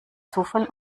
zufall